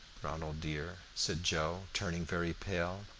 ronald dear, said joe, turning very pale.